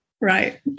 Right